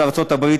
ארצות-הברית.